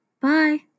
Bye